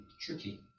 tricky